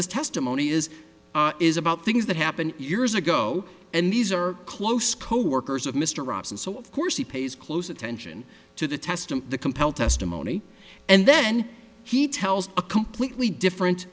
this testimony is is about things that happened years ago and these are close coworkers of mr robson so of course he pays close attention to the test and the compel testimony and then he tells a completely different